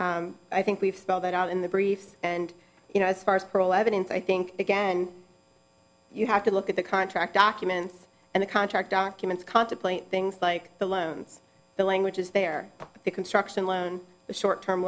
i think we've spell that out in the briefs and you know as far as pearl evidence i think again you have to look at the contract documents and the contract documents contemplate things like the loans the language is there the construction loan the short term